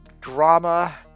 drama